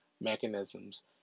mechanisms